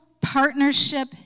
partnership